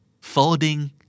folding